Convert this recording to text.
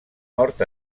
mort